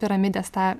piramidės tą